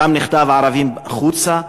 שם נכתב: ערבים החוצה.